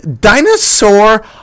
dinosaur